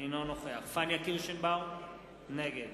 אינו נוכח פניה קירשנבאום, נגד